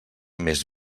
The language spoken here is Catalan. més